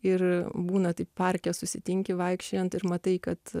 ir būna taip parke susitinki vaikščiojant ir matai kad